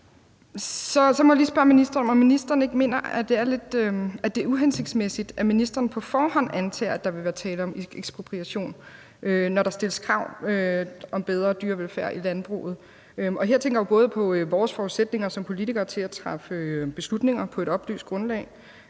Så må jeg lige spørge ministeren, om ministeren ikke mener, at det er uhensigtsmæssigt, at ministeren på forhånd antager, at der vil være tale om ekspropriation, når der stilles krav om en bedre dyrevelfærd i landbruget. Og her tænker jeg jo både på vores forudsætninger som politikere til at træffe beslutninger på et oplyst grundlag,